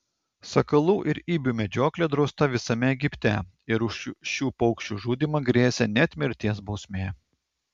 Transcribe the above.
sakalų ir ibių medžioklė drausta visame egipte ir už šių paukščių žudymą grėsė net mirties bausmė